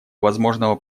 возможного